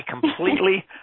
completely